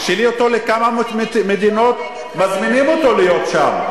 תשאלי אותו כמה מדינות מזמינות אותו להיות שם,